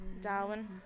Darwin